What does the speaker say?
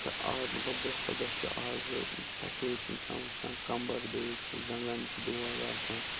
چھِ آب مطلب دۄہ کھۄتہٕ دۄہ چھِ آزٕ ژۄپٲرۍ چھِ اِنسان وٕچھان کَمبَر دٲدۍ چھِ زنٛگَن چھِ دود آسان